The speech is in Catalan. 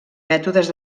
mètodes